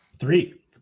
Three